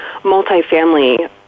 multifamily